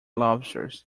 lobsters